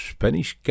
Spanish